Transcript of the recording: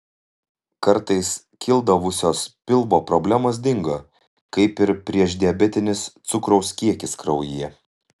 kartais kildavusios pilvo problemos dingo kaip ir priešdiabetinis cukraus kiekis kraujyje